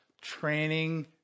training